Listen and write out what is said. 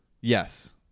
Yes